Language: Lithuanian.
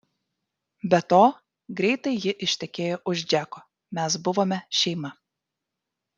be to greitai ji ištekėjo už džeko mes buvome šeima